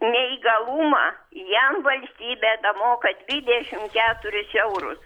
neįgalumą jam valstybė damoka dvidešim keturis eurus